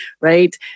right